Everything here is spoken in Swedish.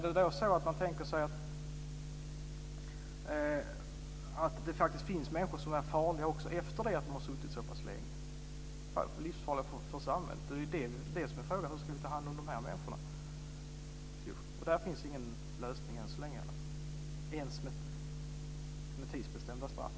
Det finns faktiskt människor som är livsfarliga för samhället också efter det att de har suttit så pass länge. Frågan är hur vi ska ta hand om de människorna. Där finns ingen lösning än så länge, inte ens med tidsbestämda straff.